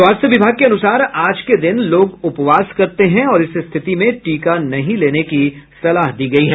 स्वास्थ्य विभाग के अनुसार आज के दिन लोग उपवास करते हैं और इस स्थिति में टीका नहीं लेने की सलाह दी गयी है